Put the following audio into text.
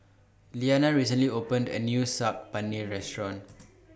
Iliana recently opened A New Saag Paneer Restaurant